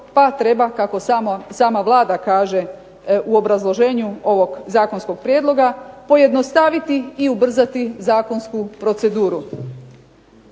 pa treba kako sama Vlada kaže u obrazloženju ovog zakonskog prijedloga pojednostaviti i ubrzati zakonsku proceduru.